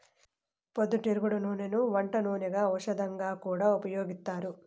పొద్దుతిరుగుడు నూనెను వంట నూనెగా, ఔషధంగా కూడా ఉపయోగిత్తారు